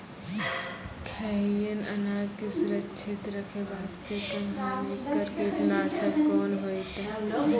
खैहियन अनाज के सुरक्षित रखे बास्ते, कम हानिकर कीटनासक कोंन होइतै?